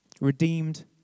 Redeemed